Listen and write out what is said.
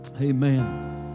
Amen